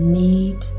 need